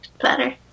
Better